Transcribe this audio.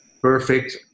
Perfect